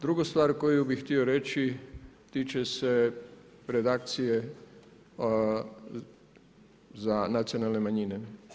Drugu stvar koju bi htio reći, tiče se redakcije, za nacionalne manjine.